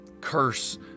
curse